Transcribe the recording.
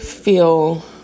Feel